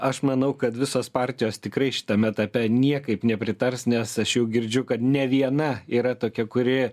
aš manau kad visos partijos tikrai šitam etape niekaip nepritars nes aš jau girdžiu kad ne viena yra tokia kuri